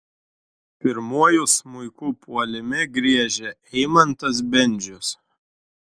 pirmuoju smuiku puolime griežia eimantas bendžius